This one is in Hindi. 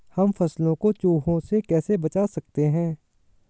हम फसलों को चूहों से कैसे बचा सकते हैं?